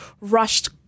rushed